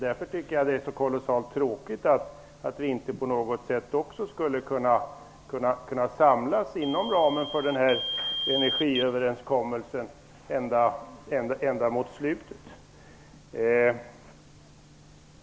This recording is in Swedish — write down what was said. Det är därför tråkigt att vi inte kan samlas inom ramen för energiöverenskommelsen.